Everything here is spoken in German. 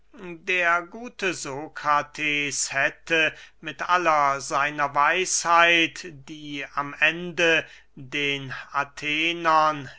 der gute sokrates hätte mit aller seiner weisheit die am ende den athenern